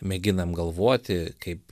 mėginam galvoti kaip